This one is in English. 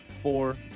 four